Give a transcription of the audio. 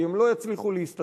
כי הם לא יצליחו להסתדר,